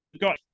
got